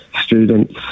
students